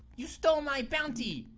you stole my bounty.